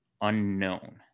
unknown